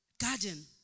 garden